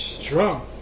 drunk